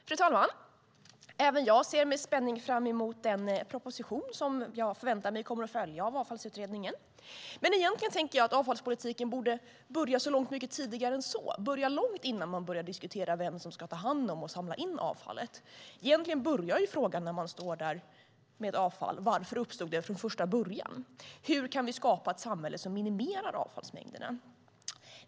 Fru talman! Även jag ser med spänning fram emot den proposition som jag förväntar mig kommer att följa efter Avfallsutredningen. Men egentligen tänker jag att avfallspolitiken borde börja långt mycket tidigare än så, långt innan man börjar diskutera vem som ska ta hand om och samla in avfallet. Egentligen börjar frågan, när man står där med avfall: Varför uppstod det från första början? Hur kan vi skapa ett samhälle som minimerar avfallsmängderna?